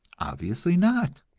obviously not.